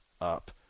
up